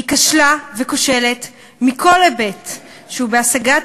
היא כשלה וכושלת בכל היבט שהוא בהשגת